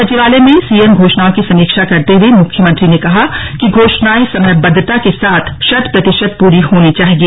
सचिवालय में सीएम घोषणाओं की समीक्षा करते हुए मुख्यमंत्री ने कहा कि घोषणाएं समयबद्वता के साथ शत प्रतिशत पूरी होनी चाहिए